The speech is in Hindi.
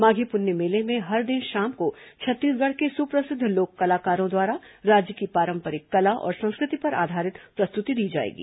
माघी पुन्नी मेले में हर दिन शाम को छत्तीसगढ़ के सुप्रसिद्ध लोक कलाकारों द्वारा राज्य की पारंपरिक कला और संस्कृति पर आधारित प्रस्तुति दी जाएगी